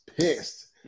pissed